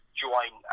join